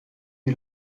die